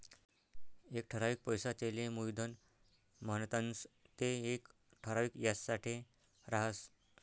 एक ठरावीक पैसा तेले मुयधन म्हणतंस ते येक ठराविक याजसाठे राहस